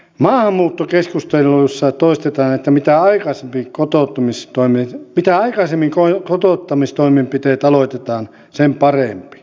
maahanmuuttokeskustelussa toistetaan että mitä aikaisemmin kotouttamistoimenpiteet aloitetaan sen parempi